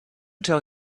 tell